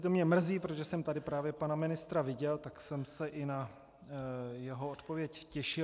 To mě mrzí, protože jsem tady právě pana ministra viděl, tak jsem se i na jeho odpověď těšil.